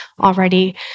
already